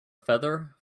feather